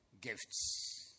gifts